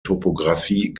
topografie